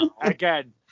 again